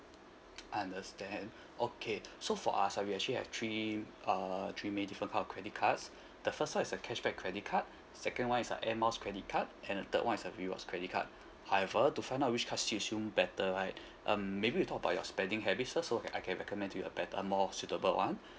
understand okay so for us ah we actually have three uh three main different type of credit cards the first is a cashback credit card second one is a air miles credit card and a third one is a rewards credit card however to find out which card suit you better right um maybe you talk about your spending habits first so I can recommend you a better a more suitable one